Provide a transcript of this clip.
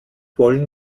wollen